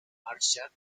marshall